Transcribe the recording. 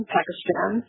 Pakistan